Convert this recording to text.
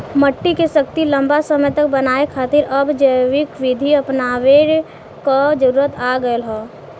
मट्टी के शक्ति लंबा समय तक बनाये खातिर अब जैविक विधि अपनावे क जरुरत आ गयल हौ